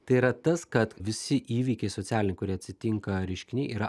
tai yra tas kad visi įvykiai socialiniai kurie atsitinka reiškiniai yra